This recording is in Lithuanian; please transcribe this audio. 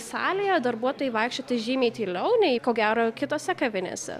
salėje darbuotojai vaikščioti žymiai tyliau nei ko gero kitose kavinėse